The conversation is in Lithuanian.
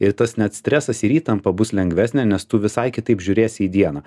ir tas net stresas ir įtampa bus lengvesnė nes tu visai kitaip žiūrėsi į dieną